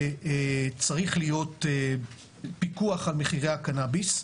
וצריך להיות פיקוח על מחירי הקנאביס.